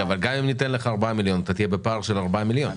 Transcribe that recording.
גם אם ניתן לך 4 מיליון שקל עדיין תהיה בפער של 4 מיליון שקל?